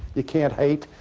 you can't hate,